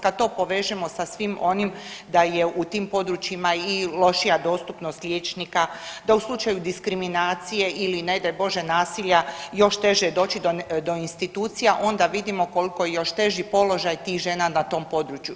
Kad to povežemo sa svim onim da je u tim područjima i lošija dostupnost liječnika, da u slučaju diskriminacije ili ne daj bože nasilje još teže je doći do institucija, onda vidimo koliko je još teži položaj tih žena na tom području.